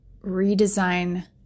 redesign